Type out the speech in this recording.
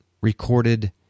Recorded